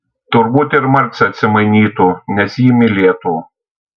turbūt ir marcė atsimainytų nes jį mylėtų